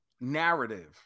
narrative